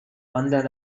வந்த